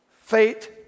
Fate